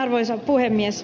arvoisa puhemies